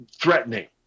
threatening